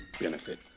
benefit